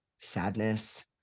sadness